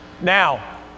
Now